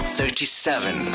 Thirty-seven